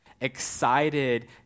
Excited